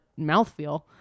mouthfeel